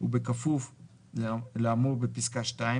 ובכפוף לאמור בפסקה (2),